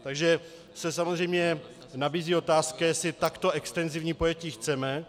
Takže se samozřejmě nabízí otázka, jestli takto extenzivní pojetí chceme.